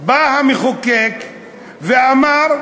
בא המחוקק ואמר: